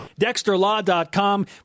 DexterLaw.com